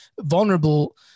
vulnerable